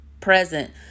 present